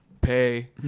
pay